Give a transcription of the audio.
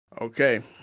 Okay